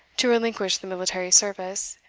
to relinquish the military service,